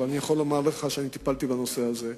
אבל אני יכול לומר לך שטיפלתי בנושא הזה.